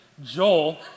Joel